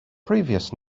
previous